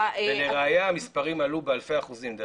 ולראייה המספרים עלו באלפי אחוזים של